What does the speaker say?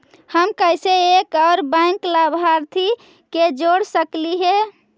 हम कैसे एक और बैंक लाभार्थी के जोड़ सकली हे?